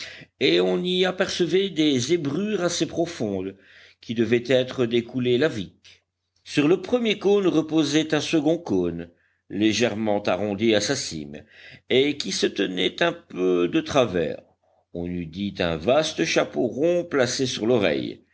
et on y apercevait des zébrures assez profondes qui devaient être des coulées laviques sur le premier cône reposait un second cône légèrement arrondi à sa cime et qui se tenait un peu de travers on eût dit un vaste chapeau rond placé sur l'oreille